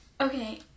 Okay